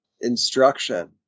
instruction